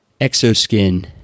ExoSkin